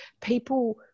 people